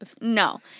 No